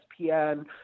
ESPN